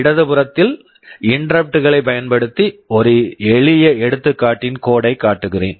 இடதுபுறத்தில் interrupt interrupt களைப் பயன்படுத்தி ஒரு எளிய எடுத்துக்காட்டின் கோட் code ஐக் காட்டுகிறேன்